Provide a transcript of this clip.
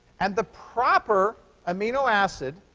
and the proper amino acid